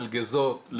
מלגזות,